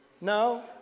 no